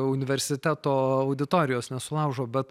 universiteto auditorijos nesulaužo bet